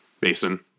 basin